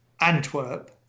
Antwerp